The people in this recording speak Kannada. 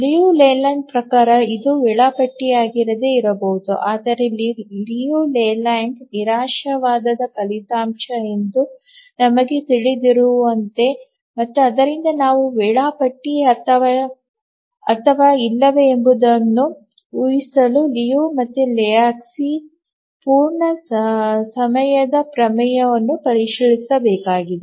ಲಿಯು ಲೇಲ್ಯಾಂಡ್ ಪ್ರಕಾರ ಇದು ವೇಳಾಪಟ್ಟಿಯಾಗಿರದೆ ಇರಬಹುದು ಆದರೆ ಲಿಯು ಲೇಲ್ಯಾಂಡ್ ನಿರಾಶಾವಾದದ ಫಲಿತಾಂಶ ಎಂದು ನಮಗೆ ತಿಳಿದಿರುವಂತೆ ಮತ್ತು ಆದ್ದರಿಂದ ನಾವು ವೇಳಾಪಟ್ಟಿ ಅಥವಾ ಇಲ್ಲವೇ ಎಂಬುದನ್ನು to ಹಿಸಲು ಲಿಯು ಮತ್ತು ಲೆಹೋಜ್ಕಿಯ ಪೂರ್ಣ ಸಮಯದ ಪ್ರಮೇಯವನ್ನು ಪರಿಶೀಲಿಸಬೇಕಾಗಿದೆ